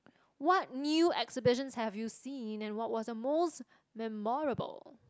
what new exhibitions have you seen and what was the most memorable